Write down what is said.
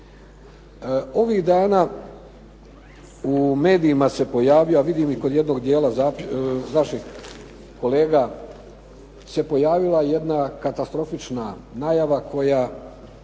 Ovih dana u medijima se pojavio, a vidim i kod jednog dijela naših kolega se pojavila jedna katastrofična najava koja